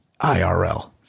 IRL